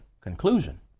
conclusion